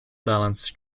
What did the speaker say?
balanced